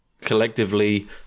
collectively